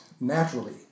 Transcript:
naturally